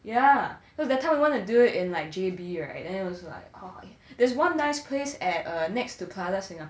yeah cause that time we want to do in like J_B right then it was like there's one nice place at err next to plaza singapura